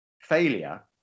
failure